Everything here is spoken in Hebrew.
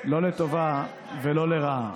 לא לטובה ולא לרעה.